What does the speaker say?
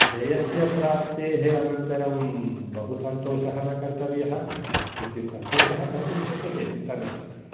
जयस्य प्राप्तेः अनन्तरं बहु सन्तोषः न कर्तव्यः किञ्चित् सन्तोषः कर्तुं शक्यते चिन्ता नास्ति